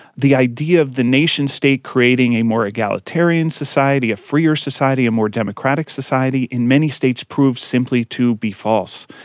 the idea of the nation-state creating a more egalitarian society, a freer society, a more democratic society in many states proved simply to be false.